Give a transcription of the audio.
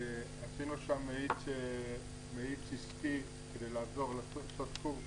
עשינו שם מאיץ עסקי כדי לעזור עם קורס